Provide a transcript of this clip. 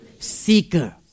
seeker